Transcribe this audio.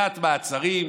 מעט מעצרים,